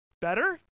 Better